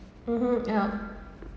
(uh huh)